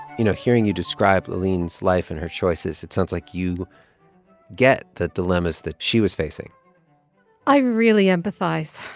you know, hearing you describe laaleen's life and her choices, it sounds like you get the dilemmas that she was facing i really empathize.